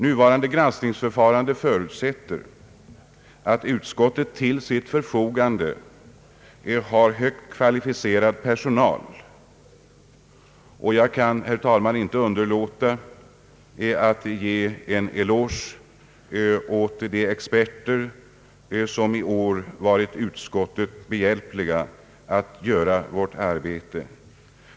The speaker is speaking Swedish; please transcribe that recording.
Nuvarande granskningsförfarande förutsätter att utskottet till sitt förfogande har högt kvalificerad personal, och jag kan, herr talman, inte underlåta att ge en eloge till de experter som i år varit utskottet behjälpliga i dess arbete.